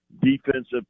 defensive